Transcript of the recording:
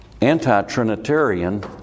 anti-Trinitarian